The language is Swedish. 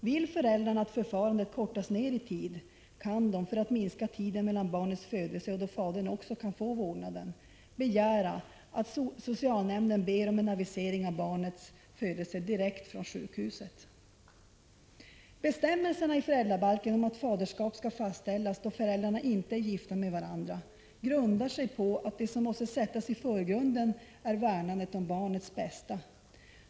Vill föräldrarna att förfarandet kortas ner i tid kan de, för att minska tiden mellan barnets födelse och då också fadern kan få vårdnaden, begära att socialnämnden ber om en avisering av barnets födelse direkt från sjukhuset. Bestämmelserna i föräldrabalken om att faderskap skall fastställas då föräldrarna inte är gifta med varandra grundar sig på att det som måste sättas i förgrunden är värnandet om barnets bästa.